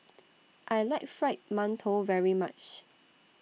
I like Fried mantou very much